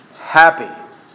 happy